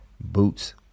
Boots